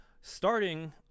Starting